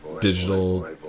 digital